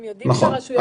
נכון.